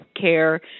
Care